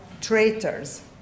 traitors